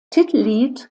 titellied